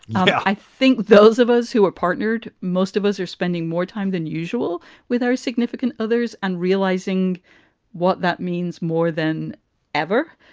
i think those of us who are partnered, most of us are spending more time than usual with our significant others and realizing what that means more than ever.